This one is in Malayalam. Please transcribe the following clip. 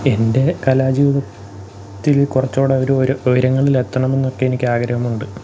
എന്റെ കലാജീവിത ത്തിൽ കുറച്ചുകൂടെ ഒരു ഒരു ഉയരങ്ങളിലെത്തണമെന്നൊക്കെ എനിക്കാഗ്രഹമുണ്ട്